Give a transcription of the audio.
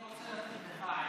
שלמה, אני רוצה לתת לך עצה: